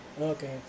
Okay